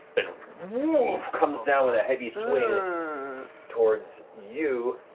it woof comes down with a heavy swing towards you,